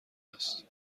است